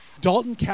Dalton